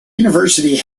university